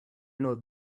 know